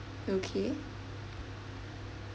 okay